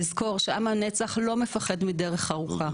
נזכור שעם הנצח לא מפחד מדרך ארוכה.